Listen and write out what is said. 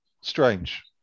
strange